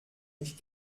nicht